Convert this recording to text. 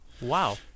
Wow